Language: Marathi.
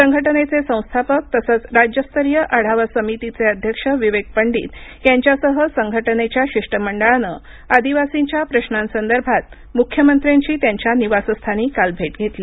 संघटनेचे संस्थापक तसेच राज्यस्तरीय आढावा समितीचे अध्यक्ष विवेक पंडित यांच्यासह संघटनेच्या शिष्टमंडळानं आदिवासींच्या प्रश्नासंदर्भात मुख्यमंत्र्यांची त्यांच्या निवासस्थानी काल भेट घेतली